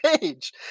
page